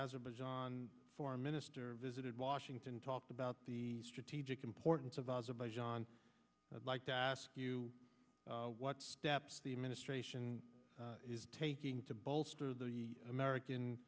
azerbaijan foreign minister visited washington talked about the strategic importance of azerbaijan i'd like to ask you what steps the administration is taking to bolster the american